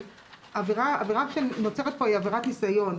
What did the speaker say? העבירה שנוצרת פה היא עבירת ניסיון,